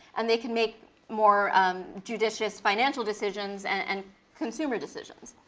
and they can make more judicious financial decisions and and consumer decisions.